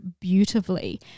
beautifully